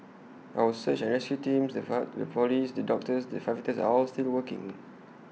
our search and rescue teams the Police doctors the firefighters are all still working